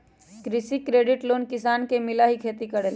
कृषि credit loan किसान के मिलहई खेती करेला?